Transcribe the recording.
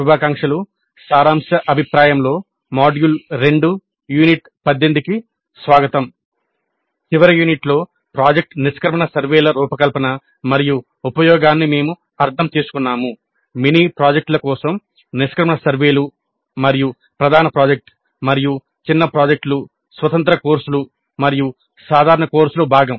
శుభాకాంక్షలు సారాంశ అభిప్రాయంలో మాడ్యూల్ 2 యూనిట్ 18 కు స్వాగతం చివరి యూనిట్లో ప్రాజెక్ట్ నిష్క్రమణ సర్వేల రూపకల్పన మరియు ఉపయోగాన్ని మేము అర్థం చేసుకున్నాము మినీ ప్రాజెక్టుల కోసం నిష్క్రమణ సర్వేలు మరియు ప్రధాన ప్రాజెక్ట్ మరియు చిన్న ప్రాజెక్టులు స్వతంత్ర కోర్సులు మరియు సాధారణ కోర్సులో భాగం